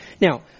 Now